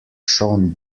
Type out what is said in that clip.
shone